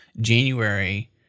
January